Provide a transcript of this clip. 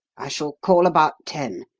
i shall call about ten.